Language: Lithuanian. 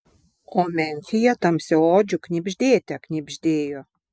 o memfyje tamsiaodžių knibždėte knibždėjo